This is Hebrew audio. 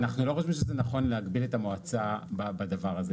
אנחנו לא חושבים שזה נכון להגביל את המועצה בדבר הזה.